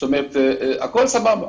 הכול סבבה.